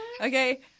Okay